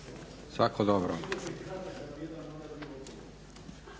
svako dobro.